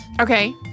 Okay